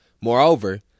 Moreover